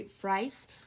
fries